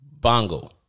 bongo